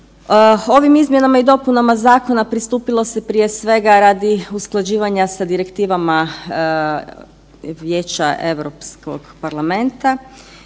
Ovim izmjenama i dopunama zakona pristupilo se prije svega radi usklađivanja sa direktivama Vijeća Europskog parlamenta,